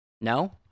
No